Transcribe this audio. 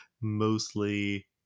mostly